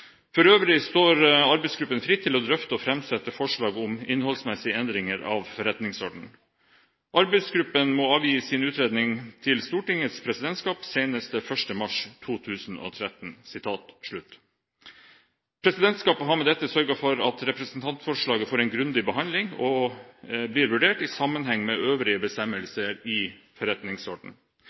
For øvrig står arbeidsgruppen fritt til å drøfte og fremsette forslag om innholdsmessige endringer av forretningsordenen. Arbeidsgruppen må avgi sin utredning til Stortingets presidentskap senest 1. mars 2013.» Presidentskapet har med dette sørget for at representantforslaget får en grundig behandling og blir vurdert i sammenheng med øvrige bestemmelser i